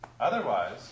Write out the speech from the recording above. Otherwise